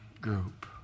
group